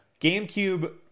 GameCube